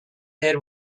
did